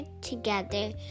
together